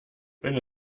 wenn